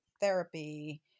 therapy